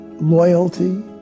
loyalty